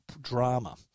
drama